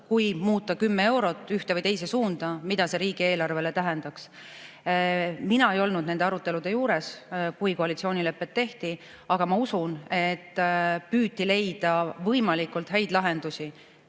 kui muuta 10 eurot ühte või teise suunda, mida see riigieelarvele tähendaks. Mina ei olnud nende arutelude juures, kui koalitsioonilepet tehti, aga ma usun, et püüti leida võimalikult häid lahendusi.